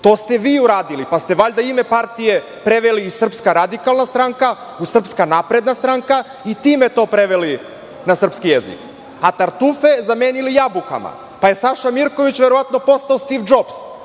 To ste vi uradili, pa ste valjda ime partije preveli iz Srpska radikalna stranka u Srpska napredna stranka i time to preveli na srpski jezik, a tartufe zamenili jabukama, pa je Saša Mirković verovatno postao Stiv Džobs,